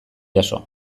jaso